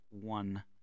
one